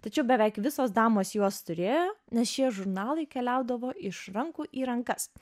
tačiau beveik visos damos juos turėjo nes šie žurnalai keliaudavo iš rankų į rankas